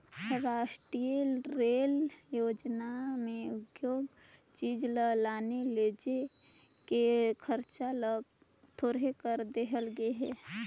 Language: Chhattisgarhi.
रास्टीय रेल योजना में उद्योग चीच ल लाने लेजे के खरचा ल थोरहें करल गे हे